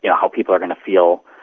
yeah how people are going to feel,